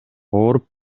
ооруп